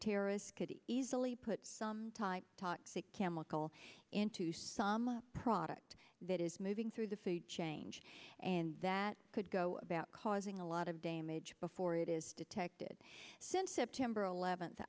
terrorist could easily put some toxic chemical into some product that is moving through the change and that could go about causing a lot of damage before it is detected since september eleventh